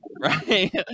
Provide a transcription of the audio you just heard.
right